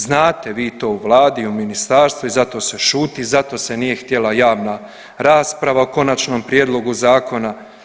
Znate vi to u vladi, u ministarstvu i zato se šuti i zato se nije htjela javna rasprava o konačnom prijedlogu zakona.